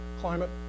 climate